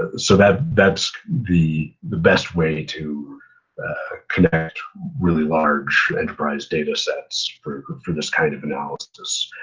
ah so that's that's the the best way to connect really large enterprise data sets for for this kind of analysis.